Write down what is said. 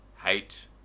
hate